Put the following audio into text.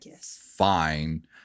fine